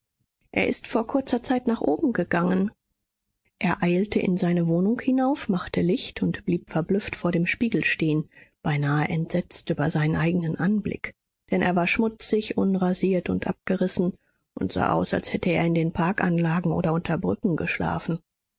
er ist vor kurzer zeit nach oben gegangen er eilte in seine wohnung hinauf machte licht und blieb verblüfft vor dem spiegel stehen beinahe entsetzt über seinen eigenen anblick denn er war schmutzig unrasiert und abgerissen und sah aus als hätte er in den parkanlagen oder unter brücken geschlafen